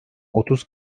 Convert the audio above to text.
otuz